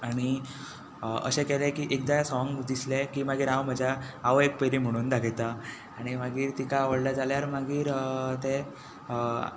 आनी अशें केलें की एकदां हें सोंग दिसलें की मागीर हांव म्हज्या आवयक पयलीं म्हणून दाखयता आनी मागीर तिका आवडलें जाल्यार मागीर तें